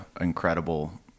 incredible